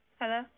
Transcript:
Hello